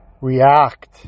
react